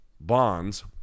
bonds